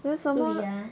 then some more